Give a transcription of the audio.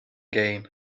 gain